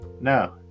no